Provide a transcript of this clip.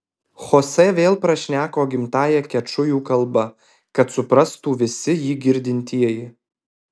chosė vėl prašneko gimtąja kečujų kalba kad suprastų visi jį girdintieji